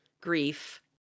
grief